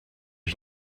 ich